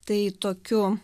tai tokiu